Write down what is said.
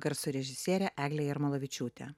garso režisierė eglė jarmolavičiūtė